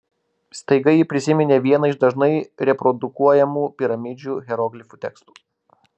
staiga ji prisiminė vieną iš dažnai reprodukuojamų piramidžių hieroglifų tekstų